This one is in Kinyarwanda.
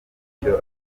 icyo